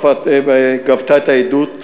גבתה את העדות ממנה,